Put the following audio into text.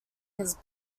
his